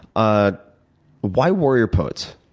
ah why warrior poets?